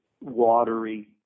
watery